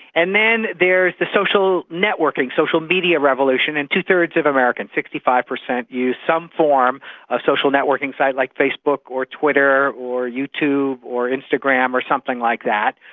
and then there is the social networking, social media revolution, and two-thirds of americans, sixty five percent use some form of social networking sites like facebook or twitter or youtube or instagram or something like that.